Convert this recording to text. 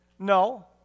No